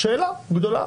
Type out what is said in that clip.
שאלה גדולה.